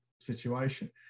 situation